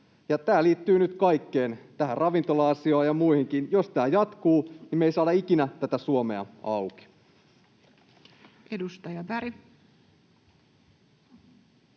Tämä liittyy nyt kaikkeen, tähän ravintola-asiaan ja muihinkin: jos tämä jatkuu, niin me emme saa ikinä tätä Suomea auki. Edustaja Berg.